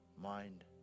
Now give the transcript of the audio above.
mind